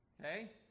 okay